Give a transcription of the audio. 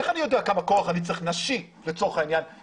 איך אני יודע כמה כוח נשי אני צריך כדי לפנות?